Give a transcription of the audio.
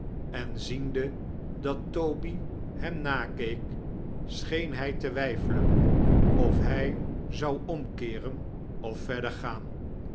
en ziende dat toby hem nakeek scheen hij te weifelen of hij zou omkeeren of verder gaan